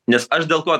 nes aš dėl ko